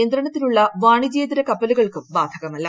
നിയന്ത്രണത്തിലുള്ള വാണിജ്യേതര കപ്പലുകൾക്കും ബാധകമല്ല